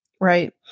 Right